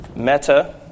Meta